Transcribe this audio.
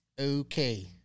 Okay